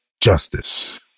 justice